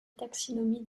taxinomie